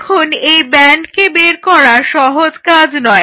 এখন এই ব্যান্ডকে বের করা সহজ কাজ নয়